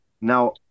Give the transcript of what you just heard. Now